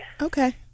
Okay